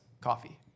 coffee